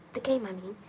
the game, i mean.